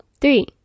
Three